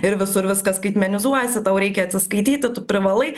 ir visur viskas skaitmenizuojasi tau reikia atsiskaityti tu privalai